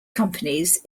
companies